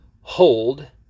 hold